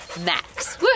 max